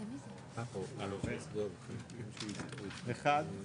1. זה